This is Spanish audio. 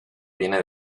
viene